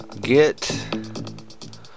get